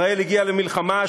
ישראל הגיעה למלחמה,